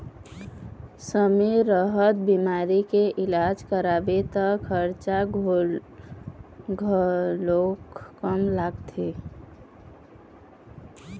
समे रहत बिमारी के इलाज कराबे त खरचा घलोक कम लागथे